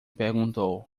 perguntou